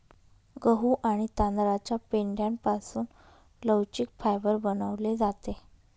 गहू आणि तांदळाच्या पेंढ्यापासून लवचिक फायबर बनवले जाते